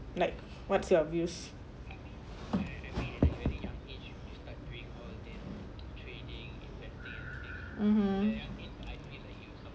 like what's your views mmhmm